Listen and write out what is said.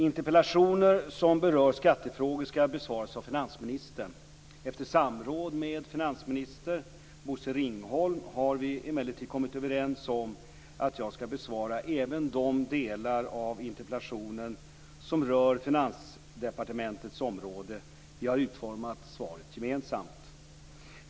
Interpellationer som berör skattefrågor skall besvaras av finansministern. Efter samråd med finansminister Bosse Ringholm har vi emellertid kommit överens om att jag skall besvara även de delar av interpellationen som rör Finansdepartementets område. Vi har utformat svaret gemensamt.